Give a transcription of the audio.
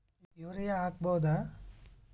Urea ಹಾಕ್ ಬಹುದ?